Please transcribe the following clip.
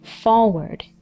forward